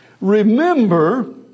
Remember